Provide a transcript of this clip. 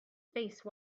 face